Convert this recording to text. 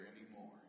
anymore